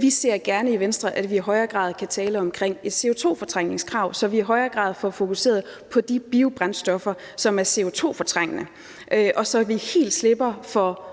Vi ser gerne i Venstre, at vi i højere grad kan tale om et CO2-fortrængningskrav, så vi i højere grad får fokuseret på de biobrændstoffer, som er CO2-fortrængende, og så vi helt slipper for